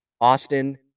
Austin